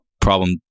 problem